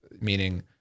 Meaning